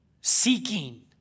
seeking